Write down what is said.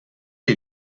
est